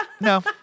No